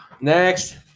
Next